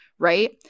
right